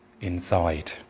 inside